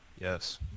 Yes